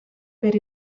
per